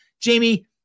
Jamie